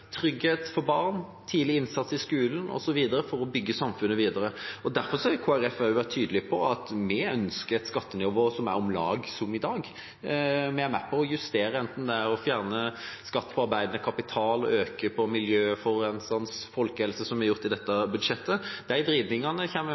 trygghet for barn, tidlig innsats i skolen, osv., for å bygge samfunnet videre. Derfor har Kristelig Folkeparti vært tydelig på at vi ønsker et skattenivå som er om lag som i dag. Vi er med på å justere det – enten det er å fjerne skatt på arbeidende kapital, eller det er å øke det som er miljøforurensende for folkehelsen, som vi har gjort i dette budsjettet. De vridningene